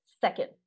second